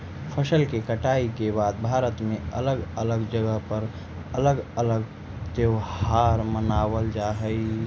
फसल के कटाई के बाद भारत में अलग अलग जगह पर अलग अलग त्योहार मानबल जा हई